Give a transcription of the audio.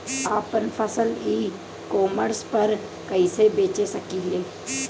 आपन फसल e commerce पर कईसे बेच सकिले?